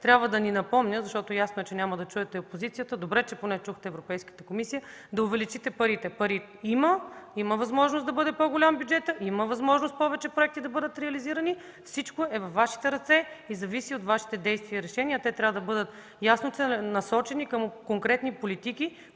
трябва да ни напомня. Защото е ясно, че няма да чуете от опозицията. Добре поне, че чухте Европейската комисия – да увеличите парите. Пари има, има възможност бюджетът да бъде по-голям, има възможност повече проекти да бъдат реализирани. Всичко е във Вашите ръце и зависи от Вашите действия и решения. Те трябва да бъдат ясно целенасочени към конкретни политики,